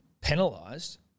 penalised